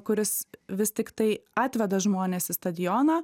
kuris vis tiktai atveda žmones į stadioną